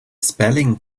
spelling